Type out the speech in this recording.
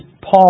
Paul